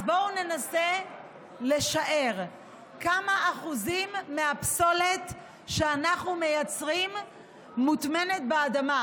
אז בואו ננסה לשער כמה אחוזים מהפסולת שאנחנו מייצרים מוטמנת באדמה.